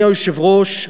אדוני היושב-ראש,